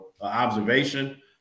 observation